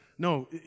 No